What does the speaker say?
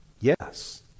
Yes